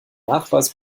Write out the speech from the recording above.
nachweis